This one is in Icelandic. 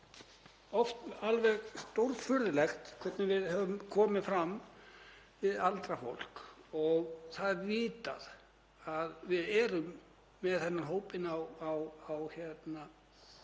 oft alveg stórfurðulegt hvernig við höfum komið fram við aldrað fólk og það er vitað að við erum með þennan hóp inni